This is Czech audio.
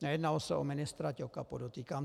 Nejednalo se o ministra Ťoka, podotýkám.